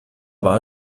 war